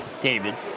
David